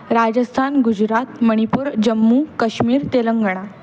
Rajasthan Gujarat Manipur Jammu Kashmir Telangana